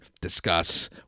discuss